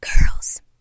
girls